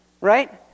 right